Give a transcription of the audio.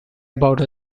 about